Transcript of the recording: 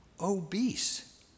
Obese